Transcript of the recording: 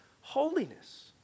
holiness